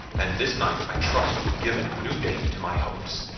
and this night i trust will give a new date to my hopes.